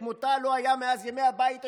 שכמותה לא הייתה מאז ימי הבית השני.